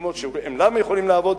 מקומות שהם אינם יכולים לעבוד,